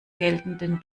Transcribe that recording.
geltenden